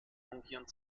fungieren